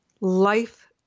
life